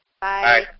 Bye